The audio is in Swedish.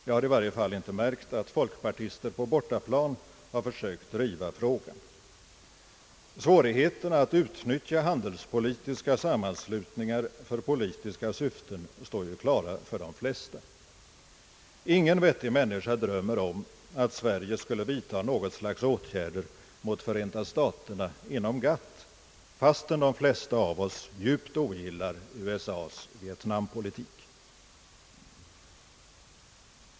Jag har i varje fall inte märkt att folkpartister på bortaplan försökt driva frågan. Svårigheterna att utnyttja handelspolitiska sammanslutningar för politiska syften står klara för de flesta. Ingen vettig människa drömmer ju om att Sverige skulle vidta något slags åtgärder mot Förenta staterna inom GATT, fastän de flesta av oss djupt ogillar USA:s vietnampolitik.